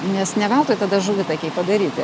nes ne veltui tada žuvitakiai padaryti